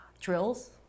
drills